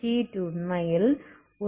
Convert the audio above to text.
heat உண்மையில் ஒரு திசையில் பாய்கிறது